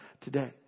today